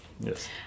Yes